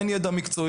אין ידע מקצועי,